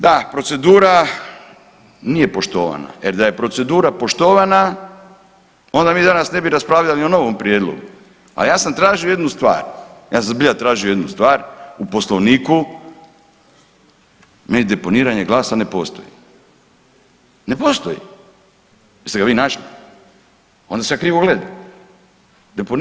Da, procedura nije poštovana, jer da je procedura poštovana, onda mi danas ne bi raspravljali o novom prijedlogu, a ja sam tražio jednu stvar, ja sam zbilja tražio jednu stvar u Poslovniku. meni deponiranje glasa ne postoji, ne postoji.